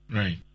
right